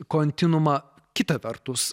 kontinuumą kita vertus